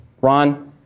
Ron